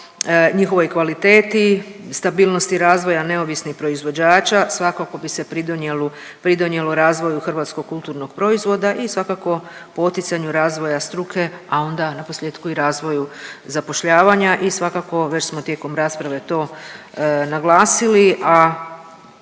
njihovoj kvaliteti, stabilnosti razvoja neovisnih proizvođača, svakako bi se pridonijelo razvoju hrvatskog kulturnog proizvoda i svakako, poticanju razvoja struke, a onda, naposljetku i razvoju zapošljavanja i svakako, već smo tijekom rasprave to naglasili, a